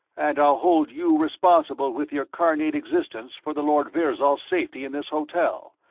and i'll hold you responsible with your carnate existence for the lord virzal's safety in this hotel.